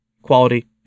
Quality